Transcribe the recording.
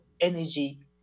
energy